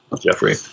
Jeffrey